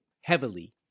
heavily